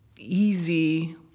easy